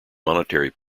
monetary